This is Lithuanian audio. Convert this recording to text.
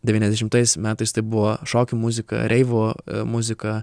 devyniasdešimtais metais tai buvo šokių muzika reivo muzika